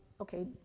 okay